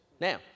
Now